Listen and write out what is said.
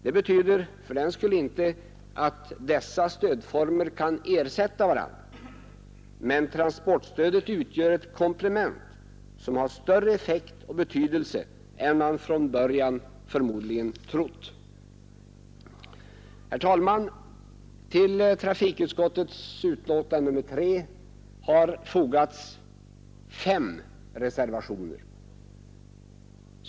Det betyder fördenskull inte att dessa stödformer kan ersätta varandra, men transportstödet utgör ett komplement som har större effekt och betydelse än man från början förmodligen trott. Herr talman! Till trafikutskottets utlåtande nr 3 angående transportstöd för Norrland har fogats fem reservationer.